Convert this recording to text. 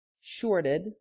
shorted